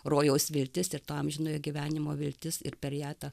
rojaus viltis ir to amžinojo gyvenimo viltis ir per ją ta